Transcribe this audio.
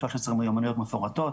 עם 13 מיומנויות מפורטות,